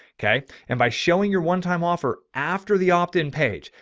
okay. and by showing your one time offer after the opt in page,